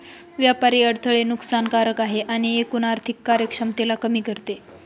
व्यापारी अडथळे नुकसान कारक आहे आणि एकूण आर्थिक कार्यक्षमतेला कमी करते